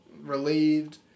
relieved